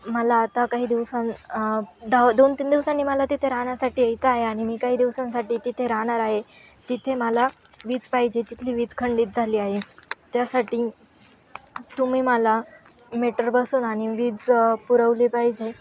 मला आता काही दिवसां दहा दोन तीन दिवसांनी मला तिथे राहण्यासाठी येत आहे आणि मी काही दिवसांसाठी तिथे राहणार आहे तिथे मला वीज पाहिजे तिथली वीज खंडित झाली आहे त्यासाठी तुम्ही मला मिटर बसवून आणि वीज पुरवली पाहिजे